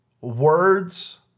words